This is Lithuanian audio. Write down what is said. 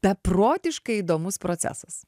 beprotiškai įdomus procesas